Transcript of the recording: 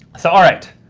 so all right,